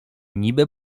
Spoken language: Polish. niby